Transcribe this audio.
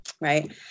right